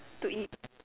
to eat